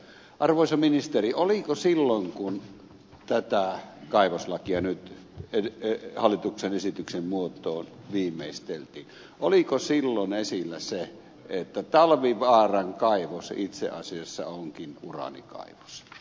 arvoisa ministeri oliko silloin kun tätä kaivoslakia hallituksen esityksen muotoon viimeisteltiin esillä se että talvivaaran kaivos itse asiassa onkin uraanikaivos